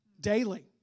daily